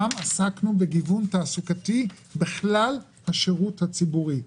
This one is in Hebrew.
עסקנו גם בגיוון תעסוקתי בכלל השירות הציבורי.